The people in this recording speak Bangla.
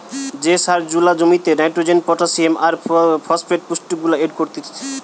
যে সার জুলা জমিতে নাইট্রোজেন, পটাসিয়াম আর ফসফেট পুষ্টিগুলা এড করতিছে